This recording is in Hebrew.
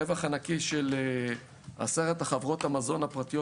הרווח הנקי של עשרת חברות המזון הפרטיות